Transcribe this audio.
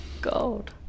God